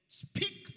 speak